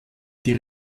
die